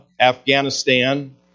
Afghanistan